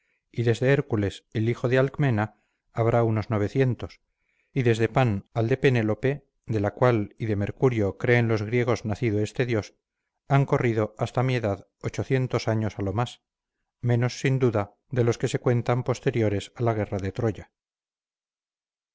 y desde hércules el hijo de alcmena habrá unos y desde pan al de penélope de la cual y de mercurio creen los griegos nacido este dios han corrido hasta mi edad años a lo más menos sin duda de los que se cuentan posteriores a la guerra de troya